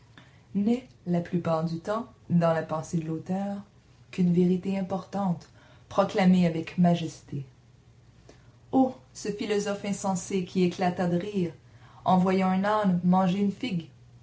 n'est la plupart du temps dans la pensée de l'auteur qu'une vérité importante proclamée avec majesté oh ce philosophe insensé qui éclata de rire en voyant un âne manger une figue